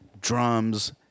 drums